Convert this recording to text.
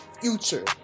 future